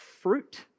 fruit